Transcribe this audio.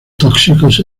tóxicos